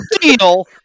deal